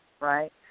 right